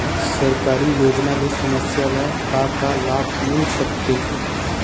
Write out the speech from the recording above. सरकारी योजना ले समस्या ल का का लाभ मिल सकते?